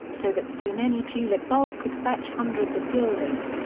so that soon any tulip bulb could fetch hundreds of guilders.